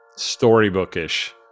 storybookish